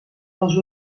els